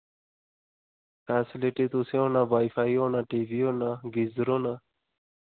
facility तुसें होना wifi होना टी वी होना गीजर होना